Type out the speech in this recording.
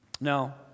Now